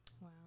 Wow